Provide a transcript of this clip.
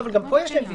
גם פה יש להם ויסות.